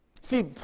See